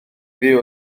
fyw